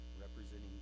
representing